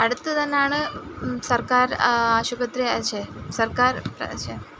അടുത്ത് തന്നെയാണ് സർക്കാർ ആശുപത്രി ശ്ശെ സർക്കാർ ശ്ശെ